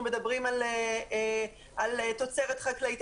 אנחנו מדברים על תוצרת חקלאית,